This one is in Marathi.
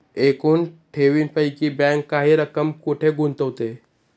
एकूण ठेवींपैकी बँक काही रक्कम कुठे गुंतविते?